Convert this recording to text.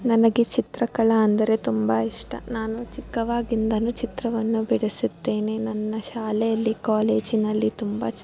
ನನಗೆ ಚಿತ್ರಕಲಾ ಅಂದರೆ ತುಂಬ ಇಷ್ಟ ನಾನು ಚಿಕ್ಕವಾಗಿಂದಲೂ ಚಿತ್ರವನ್ನು ಬಿಡಿಸುತ್ತೇನೆ ನನ್ನ ಶಾಲೆಯಲ್ಲಿ ಕಾಲೇಜಿನಲ್ಲಿ ತುಂಬ ಚಿತ್